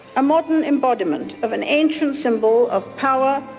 a modern embodiment of an ancient symbol of power,